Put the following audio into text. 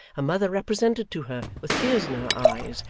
mother represented to her, with tears in her eyes,